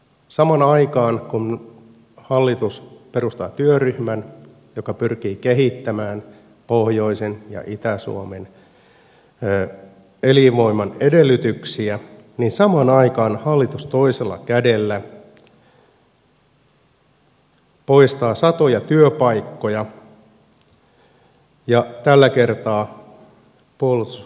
samaan aikaan kun hallitus perustaa työryhmän joka pyrkii kehittämään pohjoisen ja itä suomen elinvoiman edellytyksiä hallitus toisella kädellä poistaa satoja työpaikkoja tällä kertaa puolustusvoimien alalta